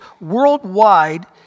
worldwide